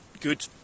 good